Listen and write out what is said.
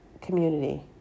community